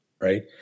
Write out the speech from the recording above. right